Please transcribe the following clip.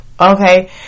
Okay